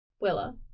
Willa